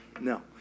No